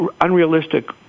unrealistic